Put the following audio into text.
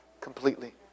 completely